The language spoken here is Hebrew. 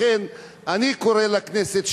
לכן אני קורא לכנסת,